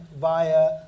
via